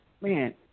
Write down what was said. man